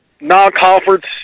non-conference